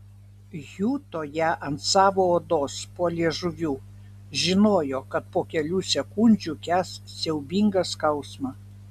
juto ją ant savo odos po liežuviu žinojo kad po kelių sekundžių kęs siaubingą skausmą